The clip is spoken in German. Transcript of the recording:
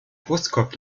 brustkorb